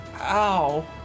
ow